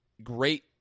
Great